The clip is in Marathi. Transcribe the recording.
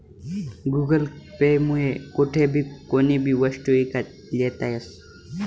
गुगल पे मुये कोठेबी कोणीबी वस्तू ईकत लेता यस